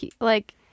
like-